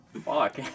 Fuck